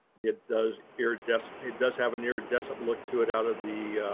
yeah it does iridescent, it does have an iridescent look to it out of the